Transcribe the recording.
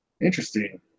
Interesting